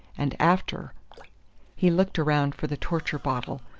and after he looked around for the torture bottle,